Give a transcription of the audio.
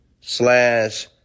slash